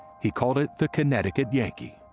he called it the connecticut yankee.